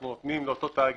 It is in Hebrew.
אנחנו נותנים לאותו תאגיד,